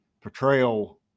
portrayal